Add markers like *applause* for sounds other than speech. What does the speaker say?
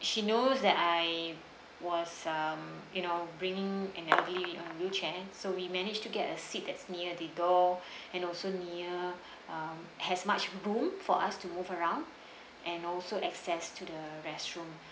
she knows that I was um you know bringing an elderly um wheelchair so we managed to get a seat that's near the door *breath* and also near uh has much room for us to move around and also access to the restroom